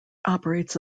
operates